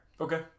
Okay